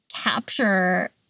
capture